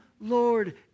Lord